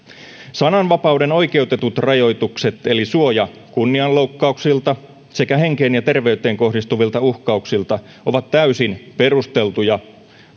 sananvapauden oikeutetut rajoitukset eli suoja kunnianloukkauksilta sekä henkeen ja terveyteen kohdistuvilta uhkauksilta ovat täysin perusteltuja